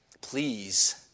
please